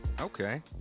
okay